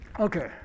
Okay